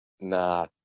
Nah